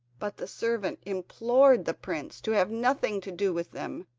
but the servant implored the prince to have nothing to do with them,